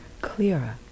clearer